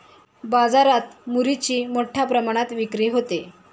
बाजारात मुरीची मोठ्या प्रमाणात विक्री होते